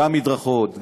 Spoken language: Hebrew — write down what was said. גם מדרכות,